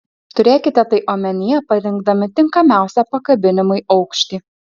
turėkite tai omenyje parinkdami tinkamiausią pakabinimui aukštį